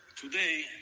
Today